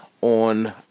on